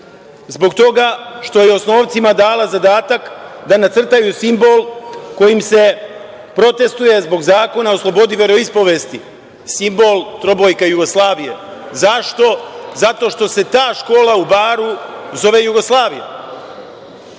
zbog toga što je osnovcima dala zadatak da nacrtaju simbol kojim se protestvuje zbog Zakona o slobodi veroispovesti, simbola trobojka Jugoslavija. Zašto? Zato što se ta škola u Baru zove Jugoslavija. Imajući